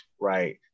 Right